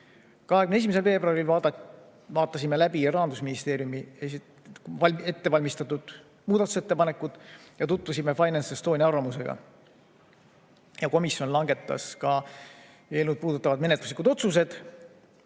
21. veebruaril vaatasime läbi Rahandusministeeriumi ettevalmistatud muudatusettepanekud ja tutvusime FinanceEstonia arvamusega. Komisjon langetas ka eelnõu puudutavad menetluslikud otsused.